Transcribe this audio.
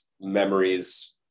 memories